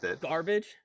garbage